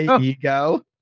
ego